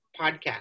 podcast